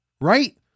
right